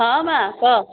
ହଁ ମାଁ କହ